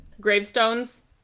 gravestones